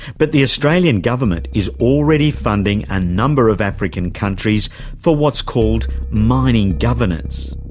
but the australian government is already funding a number of african countries for what's called mining governance.